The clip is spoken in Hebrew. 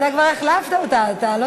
אתה כבר החלפת אותה, חבר הכנסת הרצוג.